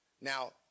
Now